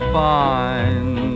fine